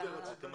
תודה רבה.